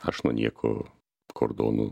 aš nuo nieko kordonų